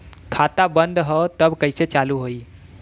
खाता बंद ह तब कईसे चालू होई?